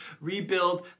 rebuild